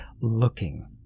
looking